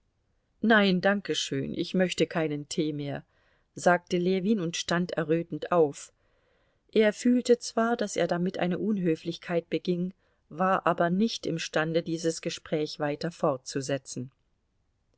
nein danke schön ich möchte keinen tee mehr sagte ljewin und stand errötend auf er fühlte zwar daß er damit eine unhöflichkeit beging war aber nicht imstande dieses gespräch weiter fortzusetzen